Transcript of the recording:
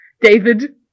David